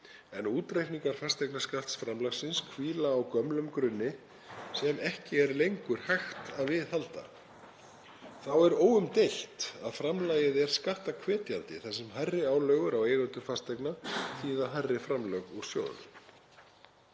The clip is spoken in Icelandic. en útreikningar fasteignaskattsframlagsins hvíla á gömlum grunni sem ekki er lengur hægt að viðhalda. Þá er óumdeilt að framlagið er skatthvetjandi þar sem hærri álögur á eigendur fasteigna þýða hærri framlög úr sjóðnum.